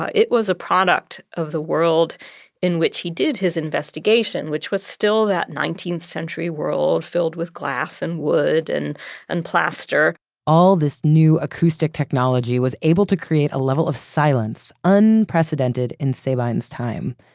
ah it was a product of the world in which he did his investigation, which was still that nineteenth century world filled with glass and wood and and plaster plaster all this new acoustic technology was able to create a level of silence unprecedented in sabine's time.